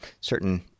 certain